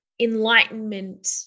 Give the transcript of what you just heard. enlightenment